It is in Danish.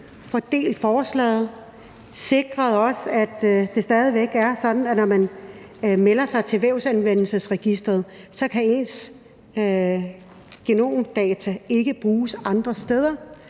får delt forslaget op og får sikret os, at det fortsat er sådan, at når man melder sig til Vævsanvendelsesregisteret, så kan ens genomdata ikke bruges andre steder